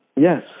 Yes